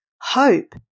Hope